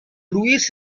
luiz